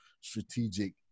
strategic